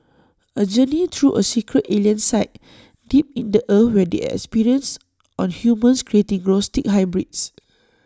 A journey through A secret alien site deep in the earth where they experience on humans creating grotesque hybrids